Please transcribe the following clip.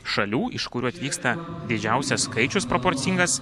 šalių iš kurių atvyksta didžiausias skaičius proporcingas